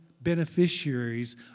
beneficiaries